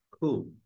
Cool